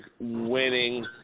winning